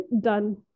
done